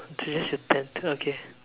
so that's your tenth okay